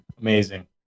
Amazing